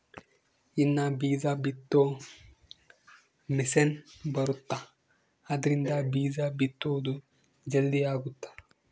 ಇನ್ನ ಬೀಜ ಬಿತ್ತೊ ಮಿಸೆನ್ ಬರುತ್ತ ಆದ್ರಿಂದ ಬೀಜ ಬಿತ್ತೊದು ಜಲ್ದೀ ಅಗುತ್ತ